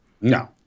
No